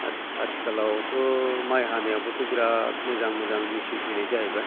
आथिखालावथ' माइ हानायाबोथ' बिराद मोजां मोजां मेशिन फैनाय जाहैबाय